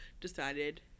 decided